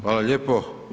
Hvala lijepo.